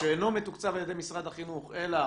שאינו מתוקצב על ידי משרד החינוך אלא